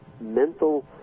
mental